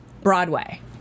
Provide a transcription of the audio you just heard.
Broadway